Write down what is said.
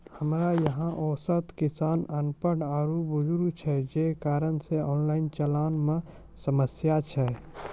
हमरा यहाँ औसत किसान अनपढ़ आरु बुजुर्ग छै जे कारण से ऑनलाइन चलन मे समस्या छै?